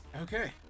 Okay